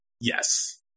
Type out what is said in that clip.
Yes